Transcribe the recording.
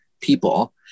people